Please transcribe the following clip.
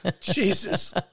Jesus